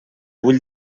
bull